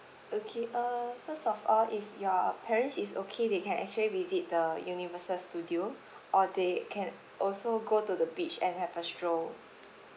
okay uh first of all if your parents is okay they can actually visit the universal studio or they can also go to the beach and have a stroll